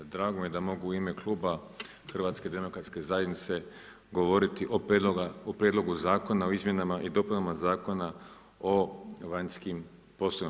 Drago mi je da mogu u ime kluba HDZ-a govoriti o prijedlogu zakona o izmjenama i dopunama Zakona o vanjskim poslovima.